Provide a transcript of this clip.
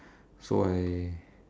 so I